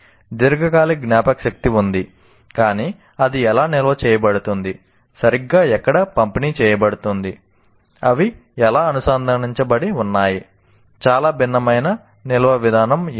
దీర్ఘకాలిక జ్ఞాపకశక్తి ఉంది కానీ అది ఎలా నిల్వ చేయబడుతుంది సరిగ్గా ఎక్కడ పంపిణీ చేయబడుతుంది అవి ఎలా అనుసంధానించబడి ఉన్నాయి చాలా భిన్నమైన నిల్వ విధానం ఏమిటి